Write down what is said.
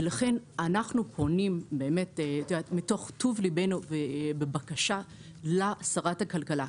לכן אנחנו פונים מתוך טוב לבנו בבקשה לשרת הכלכלה,